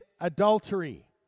adultery